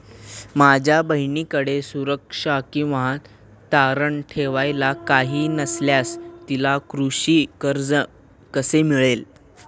माझ्या बहिणीकडे सुरक्षा किंवा तारण ठेवायला काही नसल्यास तिला कृषी कर्ज कसे मिळेल?